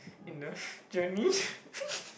in the journey